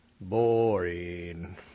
Boring